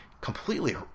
Completely